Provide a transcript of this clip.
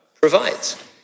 provides